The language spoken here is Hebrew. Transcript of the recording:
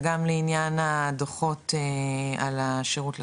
וגם לעניין הדוחות על השירות לקוחות,